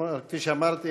כפי שאמרתי,